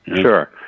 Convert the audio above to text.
Sure